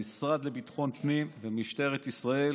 המשרד לביטחון פנים ומשטרת ישראל